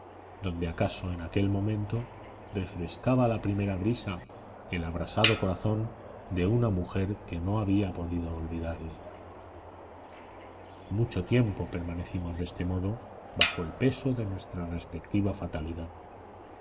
donde acaso en aquel momento refrescaba la primera brisa el abrasado corazón de una mujer que no había podido olvidarle mucho tiempo permanecimos de este modo bajo el peso de nuestra respectiva fatalidad